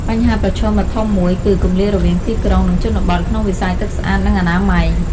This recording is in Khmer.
បញ្ហាប្រឈមដ៏ធំមួយ គឺ គម្លាតរវាងទីក្រុង និងជនបទ ក្នុងវិស័យទឹកស្អាត និងអនាម័យ។